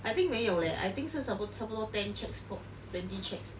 I think 没有 leh I think 是差不差不多 ten checks spot twenty checks